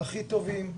הכי טובים,